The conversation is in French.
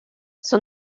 son